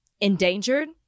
endangered